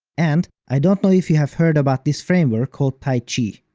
and i don't know if you have heard about this framework called taichi.